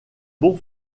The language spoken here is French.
bon